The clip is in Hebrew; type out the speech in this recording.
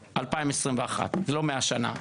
2021. לא 100 שנה.